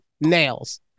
nails